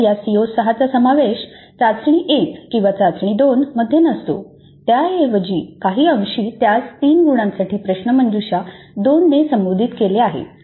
तर या सीओ 6 चा समावेश चाचणी 1 किंवा चाचणी 2 मध्ये नसतो त्याऐवजी काही अंशी त्यास 3 गुणांसाठी प्रश्नमंजुषा 2 ने संबोधित केले आहे